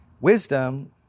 Wisdom